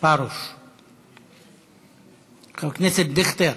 חבר הכנסת דיכטר,